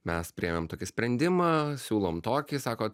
mes priėmėm tokį sprendimą siūlom tokį sako